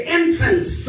entrance